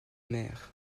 mer